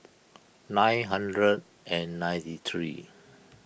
nine hundred and ninety three